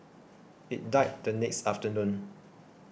it died the next afternoon